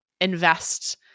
invest